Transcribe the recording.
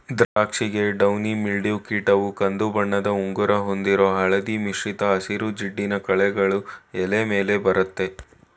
ದ್ರಾಕ್ಷಿಗೆ downy mildew ಕೀಟವು ಕಂದುಬಣ್ಣದ ಉಂಗುರ ಹೊಂದಿರೋ ಹಳದಿ ಮಿಶ್ರಿತ ಹಸಿರು ಜಿಡ್ಡಿನ ಕಲೆಗಳು ಎಲೆ ಮೇಲೆ ಬರತ್ತೆ